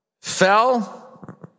fell